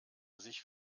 sich